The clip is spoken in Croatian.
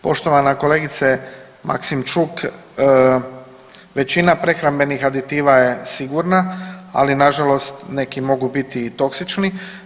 Poštovana kolegice Maksimčuk, većina prehrambenih aditiva je sigurna, ali nažalost neki mogu biti i toksični.